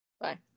Bye